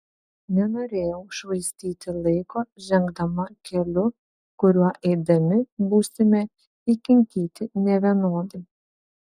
nenorėjau švaistyti laiko žengdama keliu kuriuo eidami būsime įkinkyti nevienodai